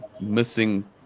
missing